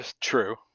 True